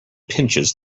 pinches